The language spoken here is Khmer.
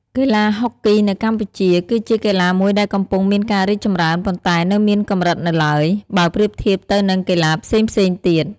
កីឡាហុកគីនៅកម្ពុជា គឺជាកីឡាមួយដែលកំពុងមានការរីកចម្រើន ប៉ុន្តែនៅមានកម្រិតនៅឡើយ បើប្រៀបធៀបទៅនឹងកីឡាផ្សេងៗទៀត។